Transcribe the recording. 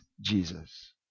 Jesus